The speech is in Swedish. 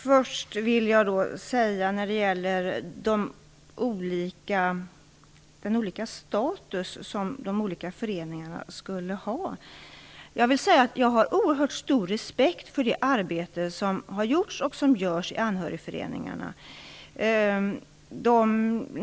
Fru talman! När det gäller den olika status som de olika föreningarna skulle ha vill jag säga att jag har oerhört stor respekt för det arbete som har gjorts och görs i anhörigföreningarna.